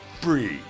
free